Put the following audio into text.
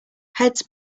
heads